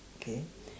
okay